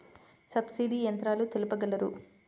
Subsidy యంత్రాలు తెలుపగలరు?